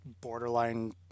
borderline